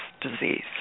disease